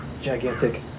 gigantic